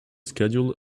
schedule